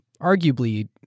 arguably